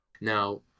Now